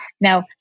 Now